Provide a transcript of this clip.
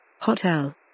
Hotel